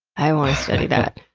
i want to study that?